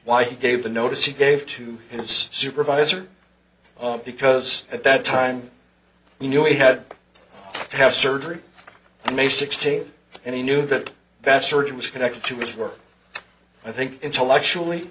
why he gave the notice he gave to his supervisor because at that time he knew he had to have surgery and may sixteenth and he knew that that surge was connected to his work i think intellectually